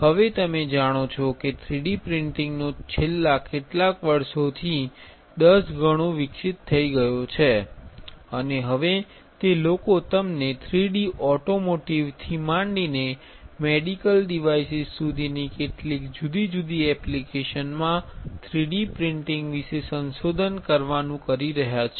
હવે તમે જાણો છો કે 3D પ્રિન્ટિંગ નો છેલ્લા કેટલાક વર્ષોથી દસ ગણો વિકસિત થઈ ગયો છે અને હવે તે લોકો તમને 3D ઓટોમોટિવથી માંડીને મેડિકલ ડિવાઇસીસ સુધીની કેટલીક જુદી જુદી એપ્લિકેશન માં 3D પ્રિન્ટિંગ વિશે સંશોધન કરી રહ્યા છે